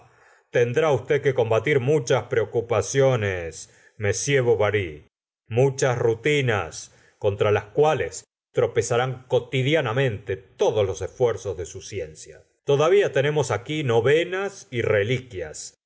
tendrá usted que combatir muchas preocupaciones m bovary muchas rutinas contra las cuales tropezarán cotidionamente todos los esfuerzos de su ciencia todavía tenemos aquí novenas y reliquias